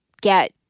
get